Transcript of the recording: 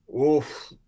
Oof